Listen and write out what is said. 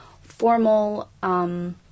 formal